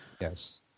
Yes